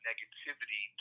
negativity